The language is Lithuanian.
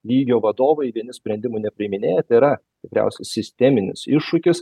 lygio vadovai vieni sprendimų nepriiminėja tai yra tikriausiai sisteminis iššūkis